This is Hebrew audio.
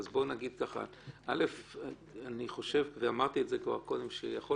אני חושב וכבר אמרתי את זה קודם שיכול